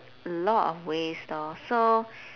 a lot of waste lor so